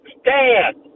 stand